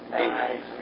Amen